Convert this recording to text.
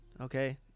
okay